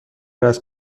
است